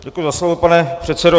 Děkuji za slovo, pane předsedo.